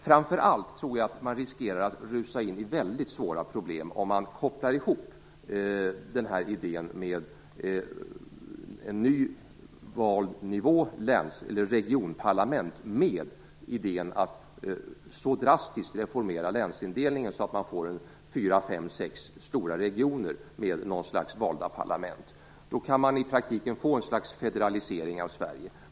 Framför allt tror jag att man riskerar att rusa in i väldigt svåra problem om man kopplar ihop idén med en ny vald nivå, regionparlament, och idén att så drastiskt reformera länsindelningen att man får fyra, fem eller sex stora regioner med något slags valda parlament. Då kan man i praktiken få ett slags federalisering av Sverige.